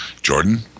Jordan